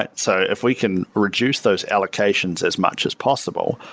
but so if we can reduce those allocations as much as possible,